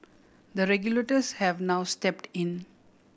the regulators have now stepped in